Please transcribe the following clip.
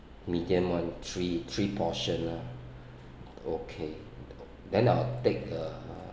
medium [one] three three portion lah okay then I'll take a